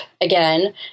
again